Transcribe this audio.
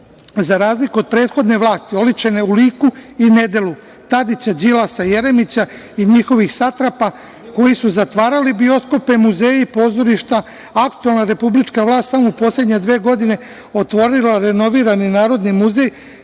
za razliku od prethodne vlasti, oličene u liku i nedelu Tadića, Đilasa, i Jeremića i njihovih satrapa koji su zatvarali bioskope, muzeje i pozorišta, aktuelne republička vlast samo u poslednje dve godine otvorila renovirani Narodni muzej